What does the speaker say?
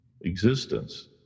existence